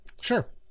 Sure